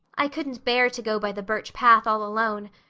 i couldn't bear to go by the birch path all alone.